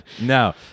no